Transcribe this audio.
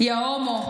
"יא הומו.